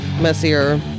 Messier